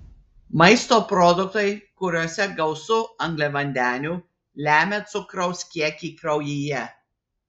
maisto produktai kuriuose gausu angliavandenių lemia cukraus kiekį kraujyje